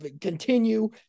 continue